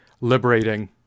liberating